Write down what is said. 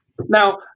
now